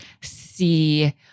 See